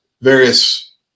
various